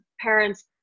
parents